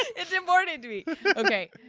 it's important okay,